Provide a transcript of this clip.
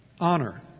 honor